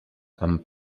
amb